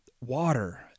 water